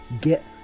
get